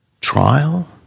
trial